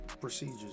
procedures